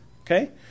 okay